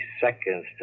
seconds